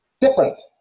different